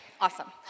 awesome